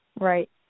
Right